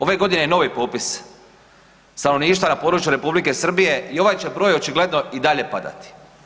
Ove godine je novi popis stanovništva na području Republike Srbije i ovaj će broj očigledno i dalje padati.